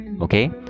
okay